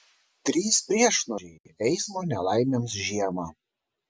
trys priešnuodžiai eismo nelaimėms žiemą